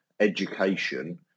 education